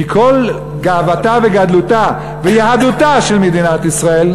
כי כל גאוותה וגדלותה ויהדותה של מדינת ישראל,